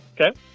Okay